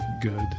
good